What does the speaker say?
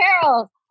Carol